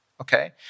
Okay